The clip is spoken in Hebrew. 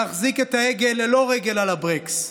להחזיק את ההגה ללא רגל על הברקס,